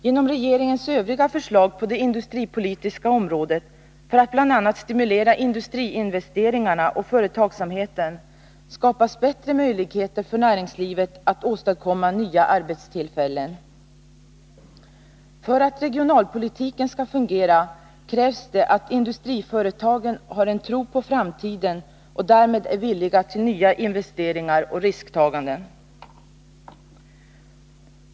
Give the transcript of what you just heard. Genom regeringens övriga förslag på det industripolitiska området för att bl.a. stimulera industriinvesteringarna och företagsamheten skapas bättre möjligheter för näringslivet att åstadkomma nya arbetstillfällen. För att regionalpolitiken skall fungera krävs det att industriföretagen har en tro på framtiden och därmed är villiga till nya investeringar och risktaganden.